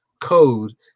code